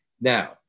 Now